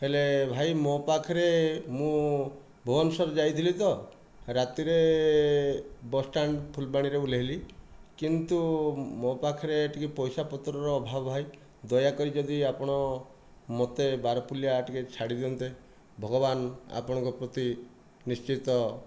ହେଲେ ଭାଇ ମୋ ପାଖରେ ମୁଁ ଭୁବନେଶ୍ୱର ଯାଇଥିଲି ତ ରାତିରେ ବସଷ୍ଟାଣ୍ଡ ଫୁଲବାଣୀରେ ଓହ୍ଲେଇଲି କିନ୍ତୁ ମୋ ପାଖରେ ଟିକେ ପଇସା ପତ୍ରର ଅଭାବ ଭାଇ ଦୟାକରି ଯଦି ଆପଣ ମୋତେ ବାରପଲିଆ ଟିକିଏ ଛାଡ଼ି ଦିଅନ୍ତେ ଭଗବାନ ଆପଣଙ୍କ ପ୍ରତି ନିଶ୍ଚିତ